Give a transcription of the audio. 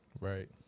Right